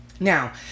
Now